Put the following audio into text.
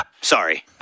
Sorry